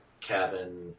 cabin